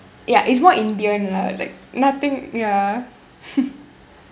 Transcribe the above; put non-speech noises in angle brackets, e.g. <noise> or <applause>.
ya it's more indian lah like nothing ya <laughs>